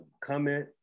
comment